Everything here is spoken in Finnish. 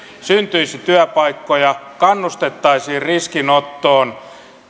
syntyisi työpaikkoja kannustettaisiin riskinottoon